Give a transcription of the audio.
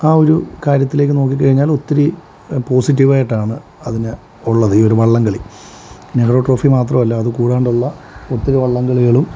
ആ ഒരു കാര്യത്തിലേക്ക് നോക്കിക്കഴിഞ്ഞാൽ ഒത്തിരി പോസിറ്റീവായിട്ടാണ് അതിന് ഉള്ളത് ഈ ഒരു വള്ളംകളി നെഹ്റു ട്രോഫി മാത്രമല്ല അത് കൂടാണ്ടുള്ള ഒത്തിരി വള്ളംകളികളും